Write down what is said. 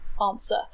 answer